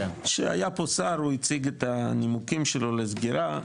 כשהיה פה שר הוא הציג את הנימוקים שלו לסגירה,